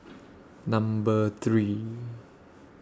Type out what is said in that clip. Number three